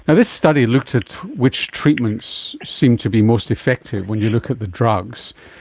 and this study looked at which treatments seem to be most effective when you look at the drugs,